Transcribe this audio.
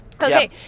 Okay